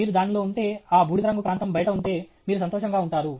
మీరు దానిలో ఉంటే ఆ బూడిద రంగు ప్రాంతం బయట ఉంటే మీరు సంతోషంగా ఉంటారు